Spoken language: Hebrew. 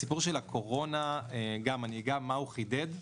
הסיפור של הקורונה אגע מה הוא חידד,